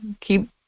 keep